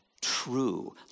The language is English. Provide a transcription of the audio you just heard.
true